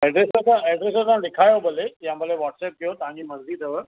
address त तव्हां address त तव्हां लिखायो भले या भले वॉट्सअप कयो तव्हांजी मरज़ी अथव